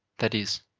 that is,